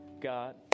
God